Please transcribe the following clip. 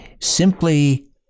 simply